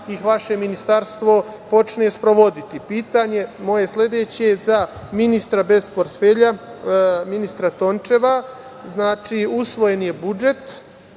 ih vaše ministarstvo počne sprovoditi? Pitanje moje sledeće je za ministra bez portfelja, ministra Tončeva. Znači, usvojen je budžet.